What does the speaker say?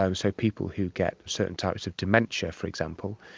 um so people who get certain types of dementia, for example,